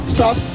Stop